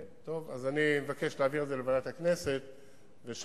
אני מבקש להעביר את זה לוועדת הכנסת,